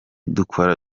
dukora